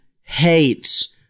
hates